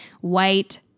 white